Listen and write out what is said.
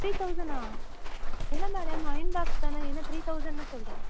three தவுசண்ட்னா என்ன madam iron box தானே என்ன த்ரீ தவுசண்ட்னு சொல்கிறீங்க